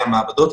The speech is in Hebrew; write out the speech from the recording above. המעבדות,